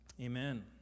amen